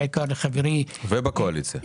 בעיקר לחברי --- ובקואליציה.